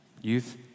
Youth